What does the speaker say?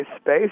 Space